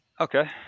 Okay